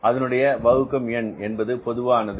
அதனுடைய வகுக்கும் எண் என்பது பொதுவானது